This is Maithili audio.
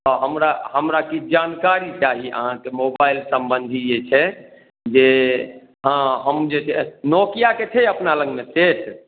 हँ हमरा हमरा किछु जानकारी चाही अहाँके मोबाइल सम्बन्धी जे छै जे हँ हम जे छै नोकियाके छै अपना लगमे सेट